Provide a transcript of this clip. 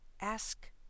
Ask